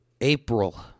April